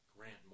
Grant